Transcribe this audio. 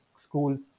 schools